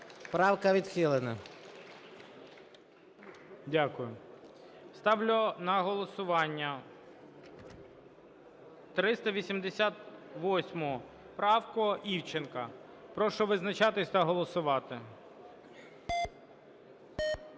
Правка відхилена. ГОЛОВУЮЧИЙ. Дякую. Ставлю на голосування 388 правку Івченка. Прошу визначатися та голосувати.